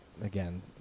again